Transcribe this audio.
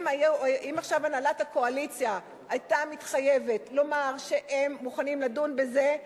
אם עכשיו הנהלת הקואליציה היתה מתחייבת לומר שהם מוכנים לדון בזה,